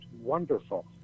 wonderful